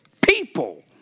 people